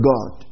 God